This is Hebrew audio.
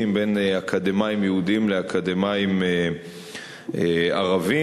בין אקדמאים יהודים לאקדמאים ערבים.